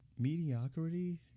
mediocrity